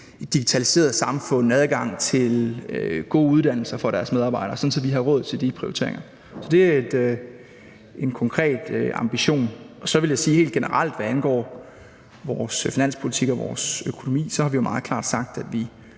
et digitaliseret samfund og til gode uddannelser for deres medarbejdere, sådan at vi har råd til de prioriteringer. Så det er en konkret ambition. Så vil jeg, hvad angår vores finanspolitik og vores økonomi, helt generelt sige, at vi